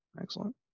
Excellent